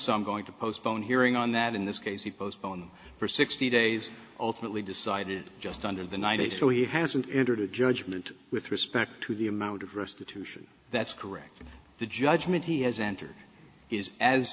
so i'm going to postpone hearing on that in this case he postponed for sixty days ultimately decided just under the ninety so he hasn't entered a judgment with respect to the amount of restitution that's correct the judgment he has entered is as